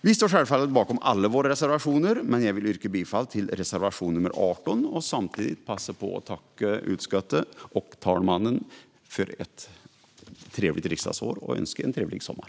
Vi står självfallet bakom alla våra reservationer, men jag vill yrka bifall endast till reservation nr 18 och samtidigt passa på att tacka utskottet och talmannen för ett trevligt riksdagsår och önska en trevlig sommar!